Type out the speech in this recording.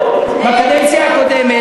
אם אתה רוצה לצעוק,